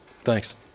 Thanks